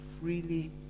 freely